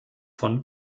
von